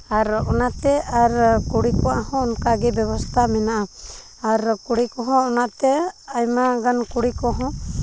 ᱟᱨ ᱚᱱᱟᱛᱮ ᱟᱨ ᱠᱩᱲᱤ ᱠᱚᱣᱟᱜ ᱦᱚᱸ ᱚᱱᱠᱟ ᱜᱮ ᱵᱮᱵᱚᱥᱛᱷᱟ ᱢᱮᱱᱟᱜᱼᱟ ᱟᱨ ᱠᱩᱲᱤ ᱠᱚᱦᱚᱸ ᱚᱱᱟᱛᱮ ᱟᱭᱢᱟ ᱜᱟᱱ ᱠᱩᱲᱤ ᱠᱚᱦᱚᱸ